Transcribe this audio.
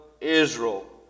Israel